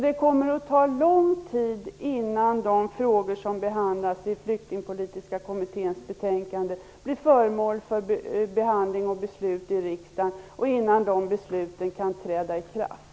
Det kommer att dröja lång tid innan de frågor som behandlas i Flyktingpolitiska kommitténs betänkande blir föremål för behandling och beslut i riksdagen och innan de besluten kan träda i kraft.